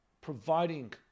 providing